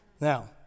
Now